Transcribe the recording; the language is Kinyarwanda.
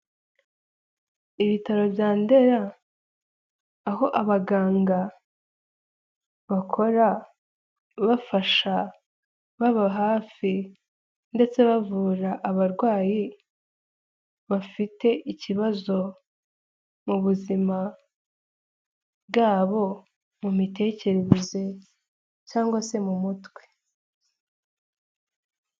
Ibitaro bya Ndera, aho abaganga bakora bafasha, baba hafi ndetse bavura abarwayi bafite ikibazo mu buzima bwabo, mu mitekerereze cyangwa se mu mutwe.